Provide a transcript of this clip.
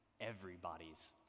everybody's